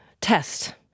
test